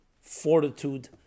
fortitude